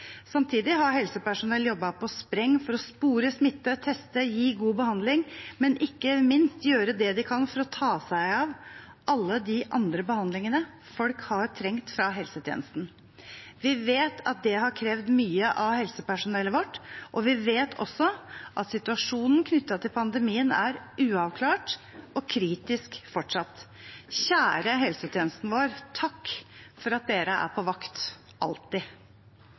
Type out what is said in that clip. Samtidig har helsepersonell jobbet på spreng for å spore, smitte, teste og gi god behandling, men ikke minst gjøre det de kan for å ta seg av alle de andre behandlingene folk har trengt fra helsetjenesten. Vi vet at det har krevd mye av helsepersonellet vårt, og vi vet også at situasjonen knyttet til pandemien er uavklart og kritisk fortsatt. Kjære helsetjenesten vår: Takk for at dere er på vakt – alltid.